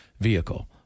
vehicle